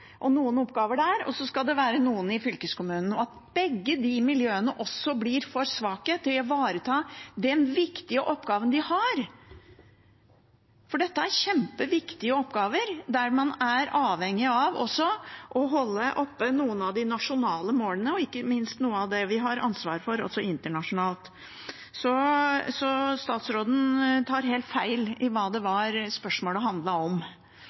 igjen noen oppgaver på kontroll hos fylkesmannen og noen oppgaver i fylkeskommunene – og at begge disse miljøene blir for svake til å ivareta den viktige oppgaven de har. Dette er kjempeviktige oppgaver, der man er avhengig av å holde oppe noen av de nasjonale målene, og ikke minst noe av det vi har ansvar for internasjonalt. Så statsråden tar helt feil når det gjelder hva spørsmålet handlet om.